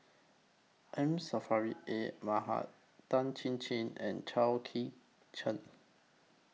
M Saffri A Manaf Tan Chin Chin and Chao Kee Cheng